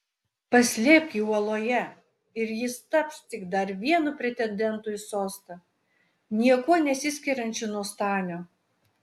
paslėpk jį uoloje ir jis taps tik dar vienu pretendentu į sostą niekuo nesiskiriančiu nuo stanio